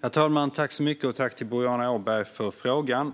Herr talman! Tack till Boriana Åberg för frågan!